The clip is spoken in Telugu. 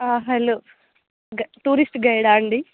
హలో టూరిస్ట్ గైడా అండి